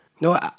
No